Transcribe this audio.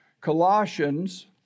Colossians